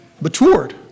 matured